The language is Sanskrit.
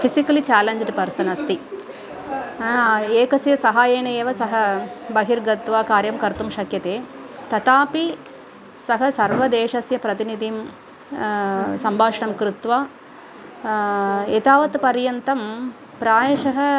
फ़िसिकलि चालेन्ज्ड् पर्सन् अस्ति एकस्य सहायेनेव सः बहिर्गत्वा कार्यं कर्तुं शक्यते तथापि सः सर्वदेशस्य प्रतिनिधिं सम्भाषणं कृत्वा एतावत्पर्यन्तं प्रायशः